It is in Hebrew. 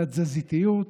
לתזזיתיות,